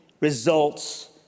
results